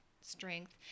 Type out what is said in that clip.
strength